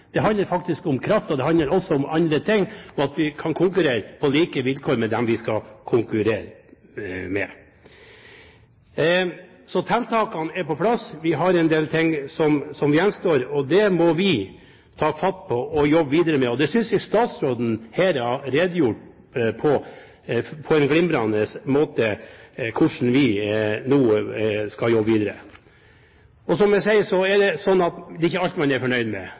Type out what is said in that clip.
det handler om. Det handler faktisk om kraft, og det handler også om andre ting, og at vi kan konkurrere på like vilkår med dem vi skal konkurrere med. Så tiltakene er på plass. Vi har en del ting som gjenstår, og det må vi ta fatt på og jobbe videre med. Jeg synes statsråden her har redegjort for på en glimrende måte hvordan vi nå skal jobbe videre. Som jeg sier, er det slik at det er ikke alt man er fornøyd med.